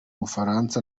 bufaransa